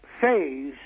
phase